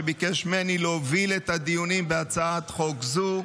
שביקש ממני להוביל את הדיונים בהצעת חוק זו,